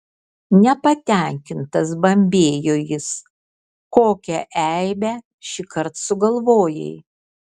nepatenkintas bambėjo jis kokią eibę šįkart sugalvojai